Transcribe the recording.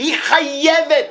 היא חייבת.